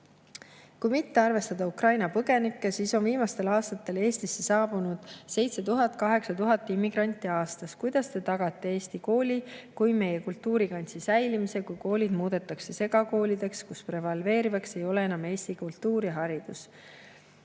"Kui mitte arvestada Ukraina põgenikke, siis on viimastel aastatel Eestisse saabunudca7000–8000 immigranti aastas. Kuidas te tagate eesti kooli kui meie kultuurikantsi säilimise, kui koolid muudetakse segakoolideks, kus prevaleerivaks ei ole enam eesti kultuur ja haridus?"